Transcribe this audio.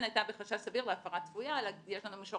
הייתה בחשש סביר והפרה צפויה --- נכון,